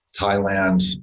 Thailand